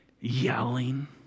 Yelling